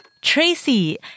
Tracy